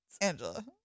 Angela